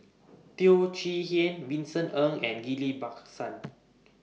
Teo Chee Hean Vincent Ng and Ghillie BaSan